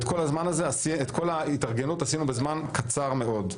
את כל ההתארגנות עשינו בזמן קצר מאוד.